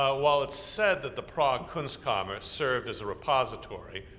ah while it's said that the prague kunstkammer served as a repository,